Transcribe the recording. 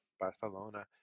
barcelona